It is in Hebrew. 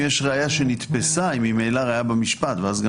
אם יש ראיה שנתפסה היא ממילא ראיה במשפט ואז גם